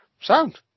sound